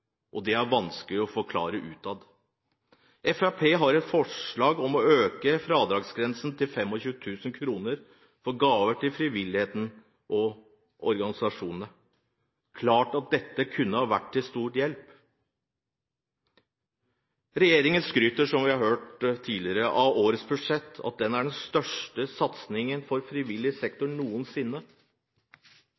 og det er vanskelig å forklare utad. Fremskrittspartiet har et forslag om å øke fradragsgrensen til 25 000 kr for gaver til frivillige organisasjoner. Det er klart at dette kunne ha vært til stor hjelp. Regjeringen skryter, som vi har hørt tidligere, av årets budsjett – at det er den største satsingen for frivillig sektor